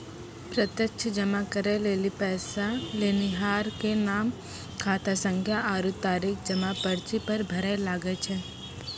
प्रत्यक्ष जमा करै लेली पैसा लेनिहार के नाम, खातासंख्या आरु तारीख जमा पर्ची पर भरै लागै छै